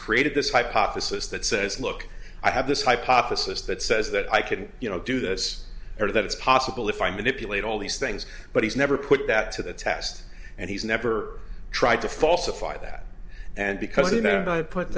created this hypothesis that says look i have this hypothesis that says that i can you know do this or that it's possible if i manipulate all these things but he's never put that to the test and he's never tried to falsify that and because you know and i put